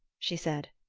she said.